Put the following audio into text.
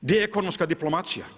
Gdje je ekonomska diplomacija?